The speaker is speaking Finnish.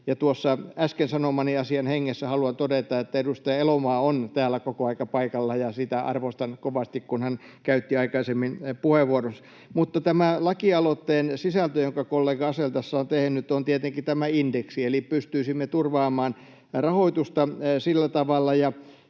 Äsken sanomani asian hengessä haluan todeta, että edustaja Elomaa on täällä koko aika paikalla ja sitä arvostan kovasti, kun hän käytti aikaisemmin puheenvuoronsa. Mutta tämä lakialoitteen sisältö, jonka kollega Asell tässä on tehnyt, on tietenkin tämä indeksi, eli pystyisimme turvaamaan rahoitusta sillä tavalla.